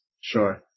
Sure